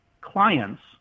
clients